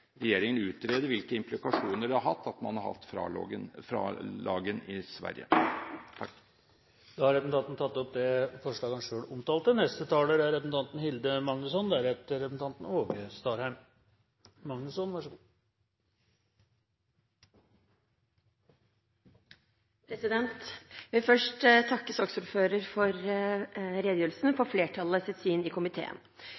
regjeringen utrede hvilke implikasjoner det har hatt, at man har hatt FRA-loven i Sverige. Representanten Michael Tetzschner har tatt opp det forslaget han refererte til. Jeg vil først takke saksordføreren for redegjørelsen